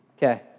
Okay